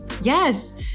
Yes